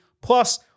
Plus